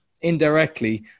indirectly